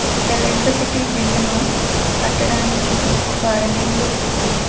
electricity bill ను కట్టడానికి ఒక రిమైండర్ పెట్టు